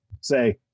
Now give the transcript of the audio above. say